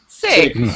Six